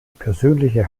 persönliche